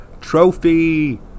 Trophy